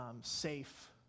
safe